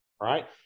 right